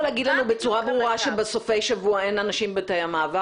להגיד לנו בצורה ברורה שבסופי שבוע אין אנשים בתאי המעבר?